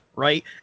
Right